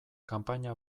kanpaina